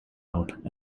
out